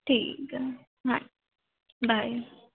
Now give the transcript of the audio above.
ਠੀਕ ਹੈ ਬਾਏ